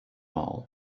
all